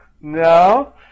No